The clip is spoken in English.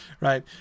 right